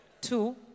Two